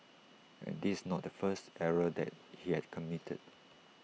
and this is not the first error that he had committed